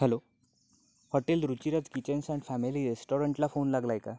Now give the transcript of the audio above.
hello hotel Ruchiraj kitchens and family रेस्टॉरंटला phone लागला आहे का